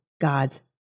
God's